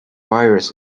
virus